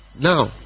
Now